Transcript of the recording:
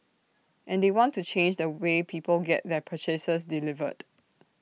and they want to change the way people get their purchases delivered